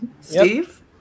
Steve